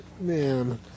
man